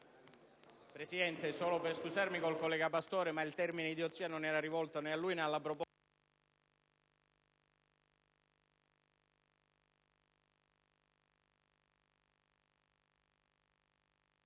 Presidente, desidero scusarmi con il senatore Pastore, ma il termine «idiozia» non era rivolto a lui, né alla proposta.